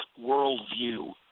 worldview